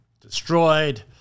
destroyed